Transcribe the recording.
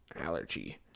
allergy